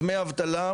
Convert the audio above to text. דמי אבטלה,